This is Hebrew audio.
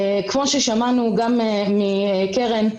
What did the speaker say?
כמו ששמענו גם מקרן,